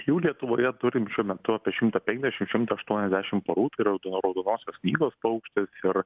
jų lietuvoje turim šiuo metu apie šimtą penkdešim šimtą aštuoniasdešim porų tai yra raud raudonosios knygos paukštis ir